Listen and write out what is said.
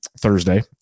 Thursday